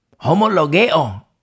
Homologeo